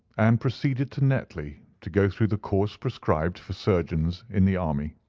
and proceeded to netley to go through the course prescribed for surgeons in the army.